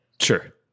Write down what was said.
Sure